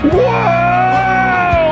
Whoa